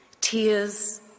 tears